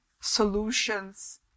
solutions